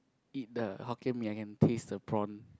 eat the Hokkien Mee I can taste the prawn